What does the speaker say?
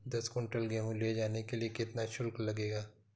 दस कुंटल गेहूँ ले जाने के लिए कितना शुल्क लगेगा?